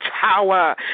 tower